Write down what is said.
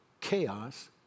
chaos